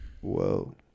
whoa